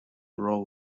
roll